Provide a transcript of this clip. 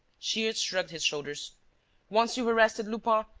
shears shrugged his shoulders once you've arrested lupin,